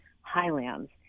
highlands